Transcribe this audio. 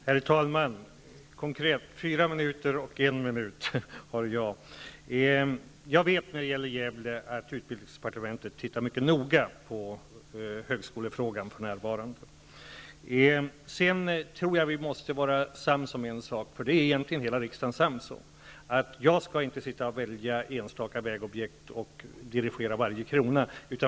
Herr talman! När det gäller Gävle vet jag att utbildningsdepartementet för närvarande tittar mycket noga på högskolefrågan. Jag tror att vi måste vara sams om en sak -- det är egentligen hela riksdagen sams om --, och det är att jag inte skall sitta och välja ut enstaka vägobjekt och dirigera varje krona.